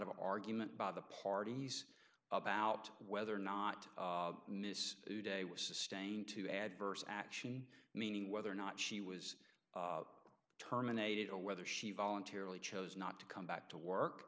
of argument by the parties about whether or not miss de was sustained to adverse action meaning whether or not she was terminated or whether she voluntarily chose not to come back to work